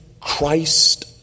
Christ